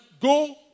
go